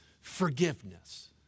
forgiveness